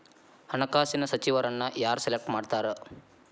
ಹಣಕಾಸಿನ ಸಚಿವರನ್ನ ಯಾರ್ ಸೆಲೆಕ್ಟ್ ಮಾಡ್ತಾರಾ